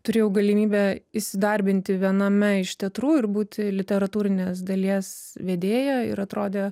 turėjau galimybę įsidarbinti viename iš teatrų ir būti literatūrinės dalies vedėja ir atrodė